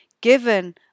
given